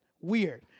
weird